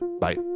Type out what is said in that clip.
Bye